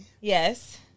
Yes